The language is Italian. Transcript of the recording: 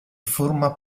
forma